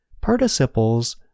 Participles